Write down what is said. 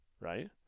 right